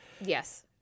Yes